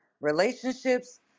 relationships